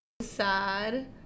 Sad